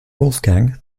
wolfgang